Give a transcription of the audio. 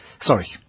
Sorry